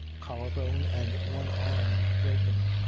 collar bone and one arm broken.